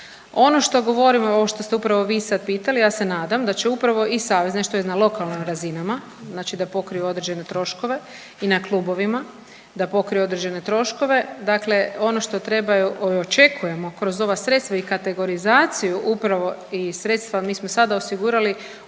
Ono što govorimo ovo što ste upravo vi sad pitali ja se nadam da će upravo i savezi što je na lokalnim razinama znači da pokriju određene troškove i na klubovima da pokriju određene troškove. Dakle, ono što treba je očekujemo kroz ova sredstva i kategorizaciju upravo i sredstva mi smo sada osigurali